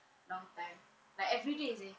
long time like everyday seh